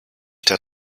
der